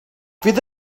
fydd